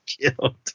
killed